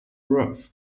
rough